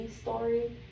story